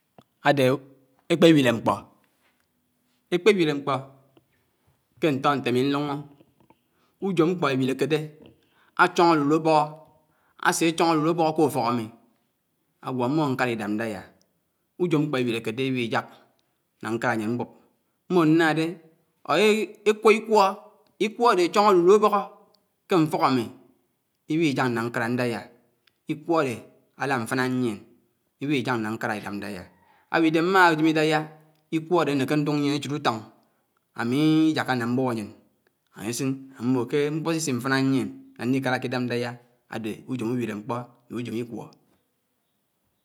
Ádé ékpé wílé mkpó, ékpé wílé mkpó ké ñtó ñté ámí ñlùñó, ùjó mkpó éwílékédé àchóñ alùlù ábóhó, ásé áchóñ alùlù ábóhó k’ùfók àmí, àgwó mmò ídàb ñdàyá, íjò mkpó éwirékédéa íwì ják ná ñkàrà ànyén mbob. Mmò nàdé ékwó íkwò, íkwò ádé áchóñ álúlù ábóhó ké mfók ámí, íwí ják ná ñkàrà ñdáyà, ikwó ádé álàmfànà ñyién, íwí ják ná ñkàrà ídàb ñdáyá, áwìdè màjem ídáya, ikwó ádé ánéké ándùk ñyién échid ùtóñ ámíííí íjáká ná mbùb ányén, áyésín ámmò ké mkpò sisi ímfáná ñyién ná ñdíkàràké idáb ñdáyá àdé ùjòm ùwíré mkpó nné ùfom íkwò.